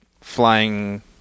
flying